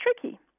tricky